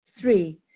Three